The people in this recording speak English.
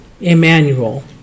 Emmanuel